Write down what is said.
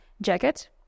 jacket